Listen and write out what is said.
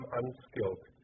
unskilled